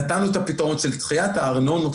נתנו את הפתרון של דחיית הארנונות,